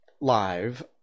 live